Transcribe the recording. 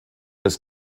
des